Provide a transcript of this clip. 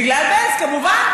בגלל בעלז, כמובן.